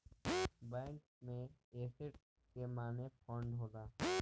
bank में asset के माने फंड होला